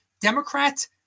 Democrat